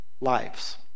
lives